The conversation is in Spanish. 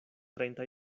treinta